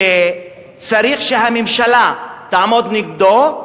וצריך שהממשלה תעמוד נגדו,